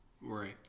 Right